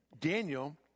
Daniel